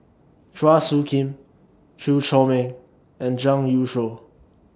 Chua Soo Khim Chew Chor Meng and Zhang Youshuo